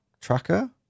Tracker